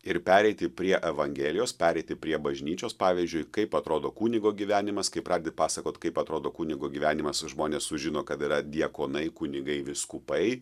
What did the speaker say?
ir pereiti prie evangelijos pereiti prie bažnyčios pavyzdžiui kaip atrodo kunigo gyvenimas kai pradedi pasakot kaip atrodo kunigo gyvenimas žmonės sužino kad yra diakonai kunigai vyskupai